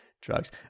drugs